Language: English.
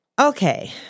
Okay